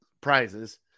prizes